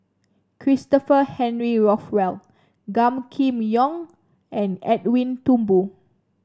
Christopher Henry Rothwell Gan Kim Yong and Edwin Thumboo